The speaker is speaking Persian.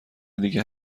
دیگه